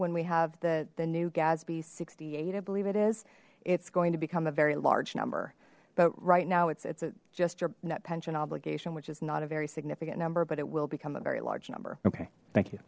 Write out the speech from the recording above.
when we have the the new gatsby sixty eight i believe it is it's going to become a very large number but right now it's it's a just your net pension obligation which is not a very significant number but it will become a very large number